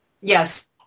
Yes